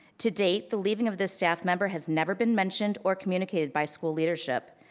to date, the leaving of this staff member has never been mentioned or communicated by school leadership.